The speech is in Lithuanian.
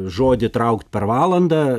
žodį traukt per valandą